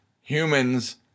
humans